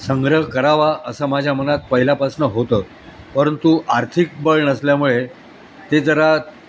संग्रह करावा असं माझ्या मनात पहिल्यापासून होतं परंतु आर्थिक बळ नसल्यामुळे ते जरा